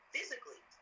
Physically